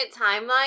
timeline